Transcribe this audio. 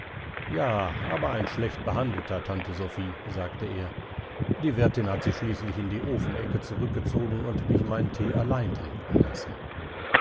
ja aber ein schlecht behandelter tante sophie sagte er die wirtin hat sich schließlich in die ofenecke zurückgezogen und mich meinen thee allein trinken lassen